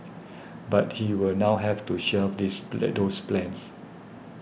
but he will now have to shelve these belittles plans